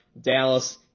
Dallas